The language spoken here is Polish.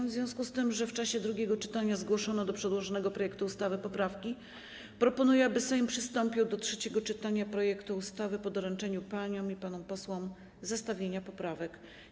W związku z tym, że w czasie drugiego czytania zgłoszono do przedłożonego projektu ustawy poprawki, proponuję, aby Sejm przystąpił do trzeciego czytania projektu ustawy po doręczeniu paniom i panom posłom zestawienia poprawek.